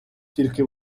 тільки